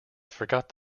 forgot